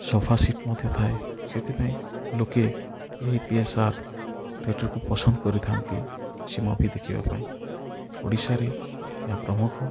sofa seat ମଧ୍ୟ ଥାଏ ସେଥିପାଇଁ ଲୋକେ ଏଇ ପି ଏସ୍ ଆର୍ ଥିଏଟର୍କୁ ପସନ୍ଦ କରିଥାନ୍ତି କିଛି ମୁଭି ଦେଖିବା ପାଇଁ ଓଡ଼ିଶାରେ ଏହା ପ୍ରମୁଖ